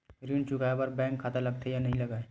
ऋण चुकाए बार बैंक खाता लगथे या नहीं लगाए?